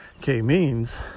K-means